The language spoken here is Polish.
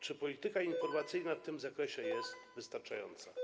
Czy polityka informacyjna w tym zakresie jest wystarczająca?